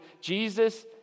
Jesus